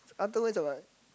afterwards what